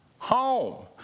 Home